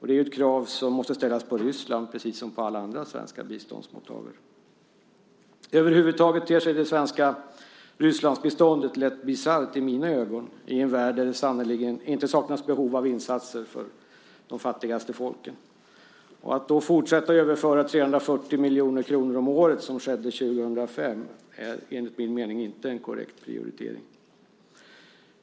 Det är ett krav som måste ställas på Ryssland, precis som på alla andra svenska biståndsmottagare. Över huvud taget ter sig det svenska Rysslandsbiståndet lätt bisarrt i mina ögon i en värld där det sannerligen inte saknas behov av insatser för de fattigaste folken. Att då fortsätta att överföra 340 miljoner kronor om året, som skedde 2005, är enligt min mening inte en korrekt prioritering.